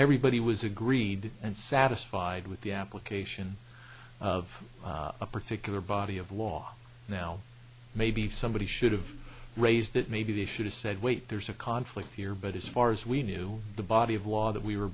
everybody was agreed and satisfied with the application of a particular body of law now maybe somebody should have raised that maybe they should have said wait there's a conflict here but as far as we knew the body of law that we were